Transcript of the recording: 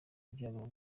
ibyago